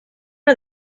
are